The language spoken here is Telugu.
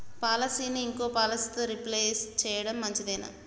పాలసీని ఇంకో పాలసీతో రీప్లేస్ చేయడం మంచిదేనా?